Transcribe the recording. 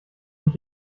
mich